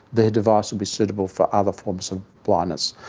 their device would be suitable for other forms of blindness.